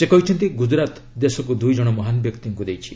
ସେ କହିଛନ୍ତି ଗୁଜରାତ ଦେଶକୁ ଦୁଇ ଜଣ ମହାନ୍ ବ୍ୟକ୍ତିଙ୍କୁ ଦେଇଛି